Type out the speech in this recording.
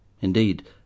indeed